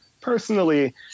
personally